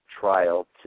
trial